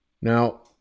Now